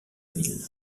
ville